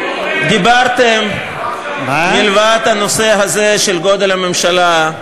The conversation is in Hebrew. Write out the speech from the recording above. דיברתם, מלבד הנושא הזה, של גודל הממשלה,